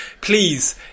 Please